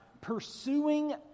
Pursuing